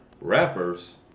rappers